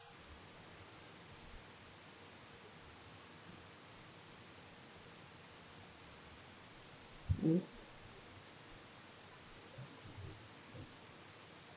mm hmm